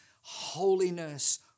holiness